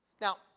Now